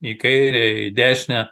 į kairę į dešinę